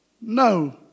No